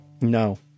No